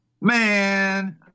Man